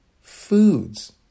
foods